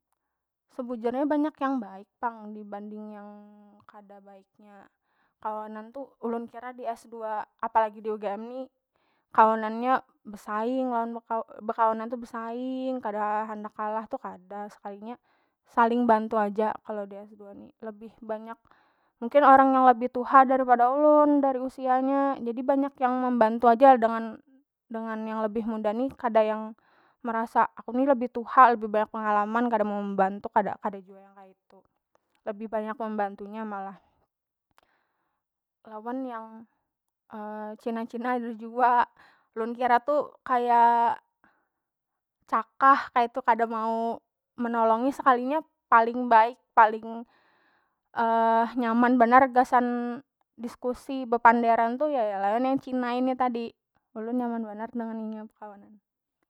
Sebujurnya banyak yang baik pang dibanding yang kada baiknya, kawanan tu ulun kira di s2 apalagi di ugm ni kawannya besaing lawan bekawanan tu besaing kada handak kalah tu kada sekalinya saling bantu aja kalo di s2 ni lebih banyak mungkin orang yang lebih tuha dari pada ulun dari usia nya jadi banyak yang membantu aja dengan- dengan yang lebih muda ni kada yang merasa aku ni lebih tuha lebih banyak pengalaman kada mau membantu kada- kada jua yang kaitu, lebih banyak membantunya malah. Lawan yang cina- cina tu jua ulun kira tu kaya cakah kaitu kada mau menolongi sekalinya paling baik paling nyaman banar gasan diskusi bepanderan tu ya lawan cina ini tadi ulun nyaman banar dengan inya bekawanan.